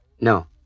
No